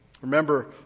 Remember